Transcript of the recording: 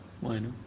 bueno